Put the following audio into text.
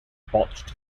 botched